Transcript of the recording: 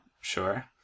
Sure